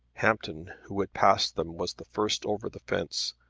hampton who had passed them was the first over the fence,